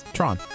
Tron